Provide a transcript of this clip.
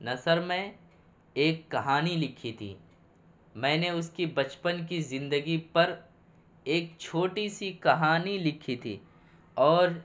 نثر میں ایک کہانی لکھی تھی میں نے اس کی بچپن کی زندگی پر ایک چھوٹی سی کہانی لکھی تھی اور